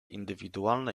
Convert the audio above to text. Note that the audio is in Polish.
indywidualne